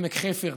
עמק חפר,